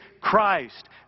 Christ